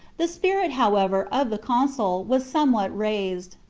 the spirit, however, of the consul was somewhat raised.